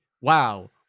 Wow